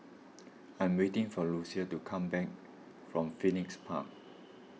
I'm waiting for Lucius to come back from Phoenix Park